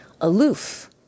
Aloof